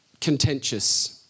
contentious